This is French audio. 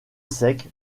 sec